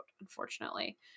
unfortunately